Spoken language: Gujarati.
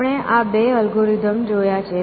આપણે આ 2 અલ્ગોરિધમ જોયા છે